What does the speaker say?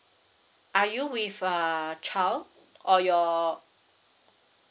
are you with uh child or your